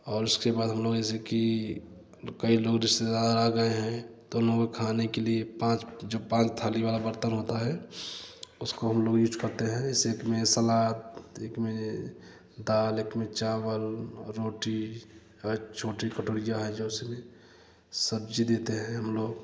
और उसके बाद हम लोग जैसे की कई लोग रिश्तेदार आ गए हैं तो उन लोगों ख़ाने के लिए पाँच जो पाँच थाली वाला बर्तन होता है उसको हम लोग यूज करते हैं इसी में सलाद एक में दाल एक में चावल रोटी छोटी कटोरियाँ हैं जो उसमें सब्ज़ी देते हैं हम लोग